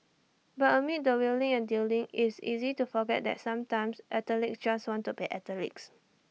but amid the wheeling and dealing it's easy to forget that sometimes athletes just want to be athletes